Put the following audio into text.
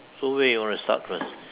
so where you wanna start first